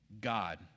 God